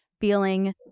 feeling